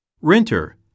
Renter